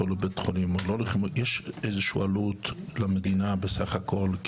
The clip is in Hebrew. לבית החולים ישנה עלות למדינה בכך הכול,